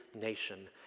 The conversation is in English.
nation